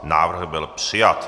Návrh byl přijat.